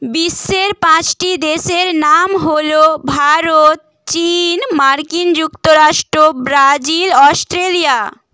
বিশ্বের পাঁচটি দেশের নাম হল ভারত চীন মার্কিন যুক্তরাষ্ট্র ব্রাজিল অস্ট্রেলিয়া